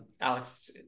Alex